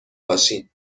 باشین